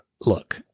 Look